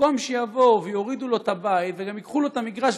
במקום שיבואו ויורידו לו את הבית וגם ייקחו לו את המגרש,